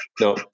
no